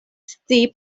scii